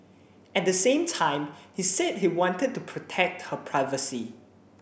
at the same time he said he wanted to protect her privacy